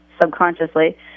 subconsciously